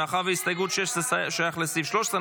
מאחר שהסתייגות 16 שייכת לסעיף 13,